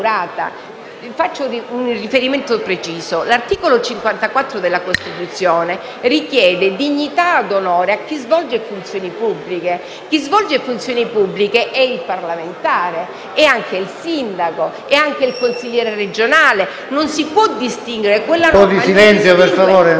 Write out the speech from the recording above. Faccio un riferimento preciso. L'articolo 54 della Costituzione richiede dignità ed onore a chi svolge funzioni pubbliche. Chi svolge funzioni pubbliche è il parlamentare, il sindaco, il consigliere regionale. Non si può distinguere a quale rappresentante